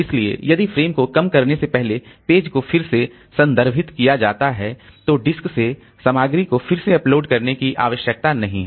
इसलिए यदि फ़्रेम को कम करने से पहले पेज को फिर से संदर्भित किया जाता है तो डिस्क से सामग्री को फिर से लोड करने की आवश्यकता नहीं है